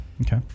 Okay